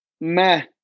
meh